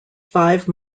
five